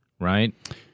right